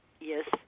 Yes